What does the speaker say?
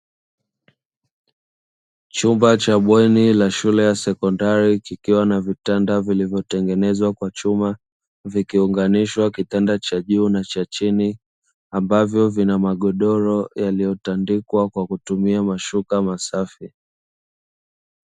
Chumba cha bweni la shule ya sekondari kikiwa na vitanda vilivyotengenezwa kwa chuma vikionganishwa kitanda cha juu na cha chini ambavyo vina magodoro yaliyotandikwa kwa kutumia mashuka masafi.